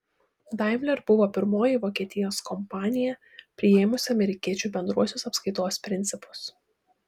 daimler buvo pirmoji vokietijos kompanija priėmusi amerikiečių bendruosius apskaitos principus